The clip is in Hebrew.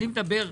אני אומר: